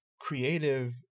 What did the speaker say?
creative